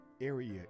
area